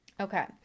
Okay